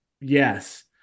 yes